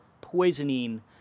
poisoning